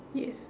yes